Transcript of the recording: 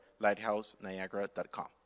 LighthouseNiagara.com